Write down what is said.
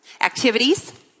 Activities